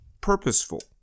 purposeful